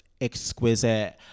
exquisite